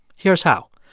here's how.